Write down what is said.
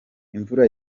imvura